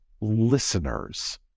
listeners